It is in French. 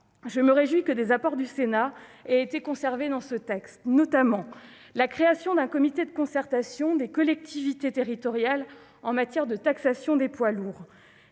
Je me réjouis que les apports du Sénat aient été conservés dans ce texte, notamment en ce qui concerne la création d'un comité de concertation des collectivités territoriales en matière de taxation des poids lourds,